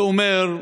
זה אומר,